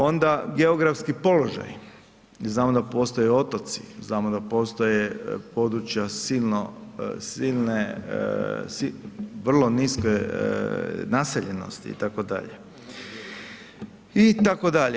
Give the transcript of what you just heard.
Onda geografski položaj, znamo da postoje otoci, znamo da postoje područja silno, silne, vrlo niske naseljenosti i tako dalje.